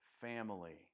family